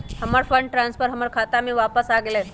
हमर fund transfer हमर खाता में वापस आ गेल